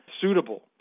suitable